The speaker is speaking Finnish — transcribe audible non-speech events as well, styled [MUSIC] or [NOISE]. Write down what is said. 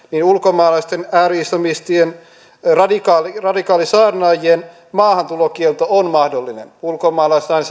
ulkomaalaisten ääri islamististen radikaalisaarnaajien maahantulokielto on mahdollinen ulkomaalaislain [UNINTELLIGIBLE]